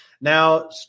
Now